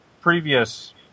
previous